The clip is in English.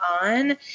on